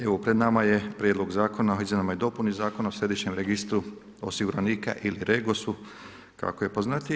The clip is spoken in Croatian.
Evo pred nama je Prijedlog zakona o izmjenama i dopuni Zakona o središnjem registru osiguranika ili REGOS-u kako je poznatiji.